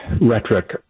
rhetoric